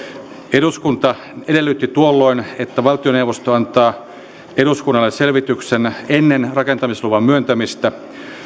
eduskunta edellytti tuolloin että valtioneuvosto antaa eduskunnalle selvityksen ennen rakentamisluvan myöntämistä